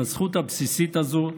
בזכות הבסיסית הזאת,